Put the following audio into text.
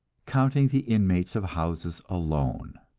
counting the inmates of houses alone.